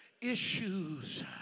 issues